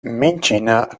mintgina